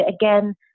again